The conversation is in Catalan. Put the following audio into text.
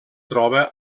troba